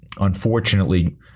unfortunately